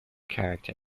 character